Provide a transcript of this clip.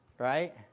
Right